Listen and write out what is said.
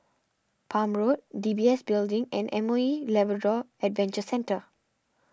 Palm Road D B S Building and M O E Labrador Adventure Centre